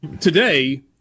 Today